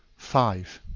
five.